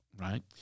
right